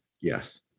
Yes